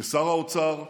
כשר האוצר,